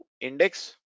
index